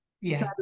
Yes